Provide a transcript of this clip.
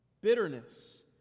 Bitterness